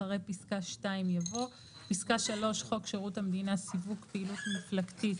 אחרי פסקה (2) יבוא: "(3) חוק שירות המדינה (סיוג פעילות מפלגתית